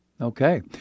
Okay